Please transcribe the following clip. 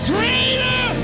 Greater